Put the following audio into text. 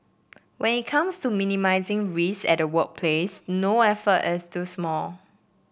when it comes to minimising risks at the workplace no effort is too small